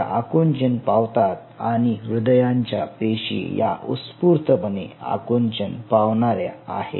त्या आकुंचन पावतात आणि हृदयांच्या पेशी या उस्फूर्तपणे आकुंचन पावणाऱ्या आहेत